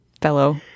fellow